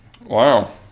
Wow